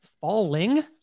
falling